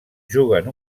juguen